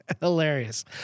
Hilarious